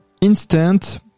instant